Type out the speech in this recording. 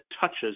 touches